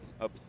up